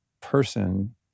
person